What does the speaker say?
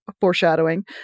foreshadowing